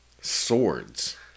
swords